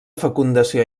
fecundació